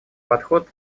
подход